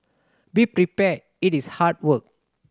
be prepared it is hard work